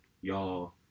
y'all